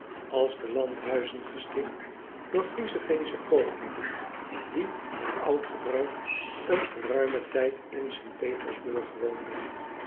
als de landhuizen gesticht door riezenveensche kooplieden die naar oud gebruik een geruimen tijd in t etersburg woonden